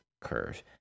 curve